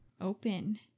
open